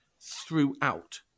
throughout